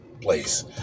Place